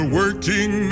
working